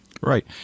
right